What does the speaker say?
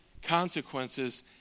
consequences